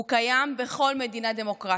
הוא קיים בכל מדינה דמוקרטית.